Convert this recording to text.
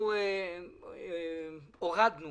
הורדנו